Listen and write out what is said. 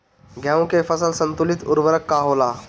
गेहूं के फसल संतुलित उर्वरक का होला?